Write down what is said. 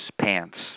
pants